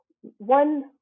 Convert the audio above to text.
one